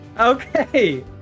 Okay